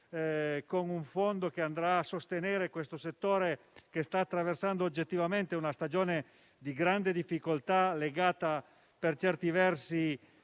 con un fondo che andrà a sostenere questo settore che sta attraversando oggettivamente una stagione di grande difficoltà generale legata, per certi versi,